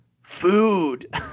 food